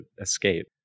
escape